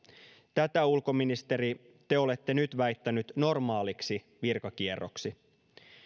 tätä ulkoministeri te olette nyt väittänyt normaaliksi virkakierroksi